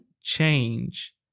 change